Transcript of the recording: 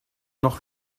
noch